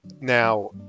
Now